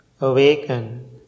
awaken